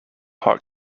hot